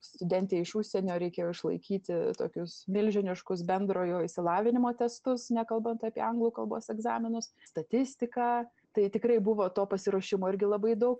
studentei iš užsienio reikėjo išlaikyti tokius milžiniškus bendrojo išsilavinimo testus nekalbant apie anglų kalbos egzaminus statistiką tai tikrai buvo to pasiruošimo irgi labai daug